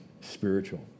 spiritual